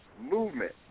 movement